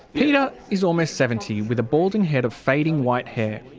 peter is almost seventy with a balding head of fading white hair.